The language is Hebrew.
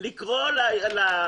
לקרוא לשר.